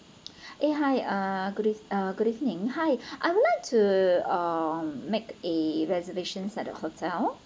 eh hi uh good eve~ uh good evening hi I would like to um make a reservation at the hotel